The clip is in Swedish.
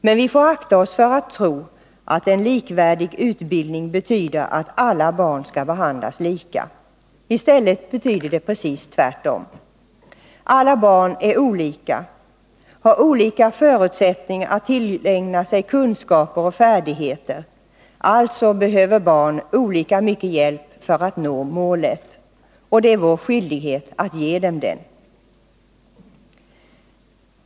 Men vi får akta oss för att tro att en likvärdig utbildning betyder att alla barn skall behandlas lika. I stället betyder det precis tvärtom. Alla barn är olika, de har olika förutsättningar att tillägna sig kunskaper och färdigheter. Alltså behöver barn olika mycket hjälp för att nå målet. Och det är vår skyldighet att ge dem det.